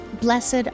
Blessed